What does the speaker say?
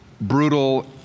brutal